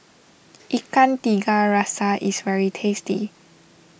Ikan Tiga Rasa is very tasty